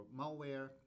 malware